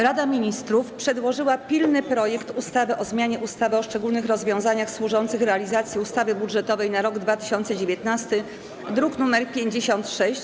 Rada Ministrów przedłożyła pilny projekt ustawy o zmianie ustawy o szczególnych rozwiązaniach służących realizacji ustawy budżetowej na rok 2019, druk nr 56.